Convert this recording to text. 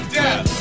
death